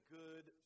good